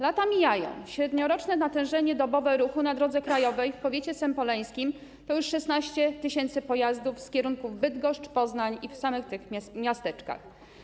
Lata mijają, średnioroczne natężenie dobowe ruchu na drodze krajowej w powiecie sępoleńskim to już 16 tys. pojazdów z kierunków Bydgoszcz, Poznań i w samych tych miasteczkach.